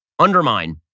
undermine